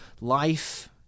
life